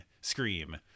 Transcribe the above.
Scream